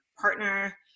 partner